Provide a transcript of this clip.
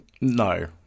No